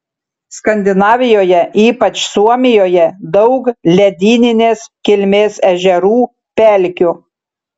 skandinavijoje ypač suomijoje daug ledyninės kilmės ežerų pelkių